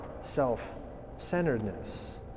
self-centeredness